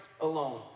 alone